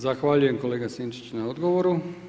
Zahvaljujem kolega Sinčić na odgovoru.